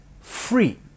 free